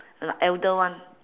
ah elder one